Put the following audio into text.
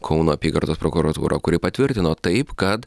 kauno apygardos prokuratūrą kuri patvirtino taip kad